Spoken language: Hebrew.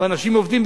ואנשים עובדים,